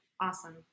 awesome